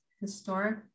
historic